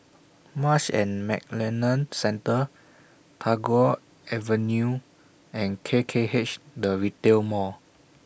Marsh and McLennan Centre Tagore Avenue and K K H The Retail Mall